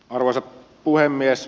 arvoisa puhemies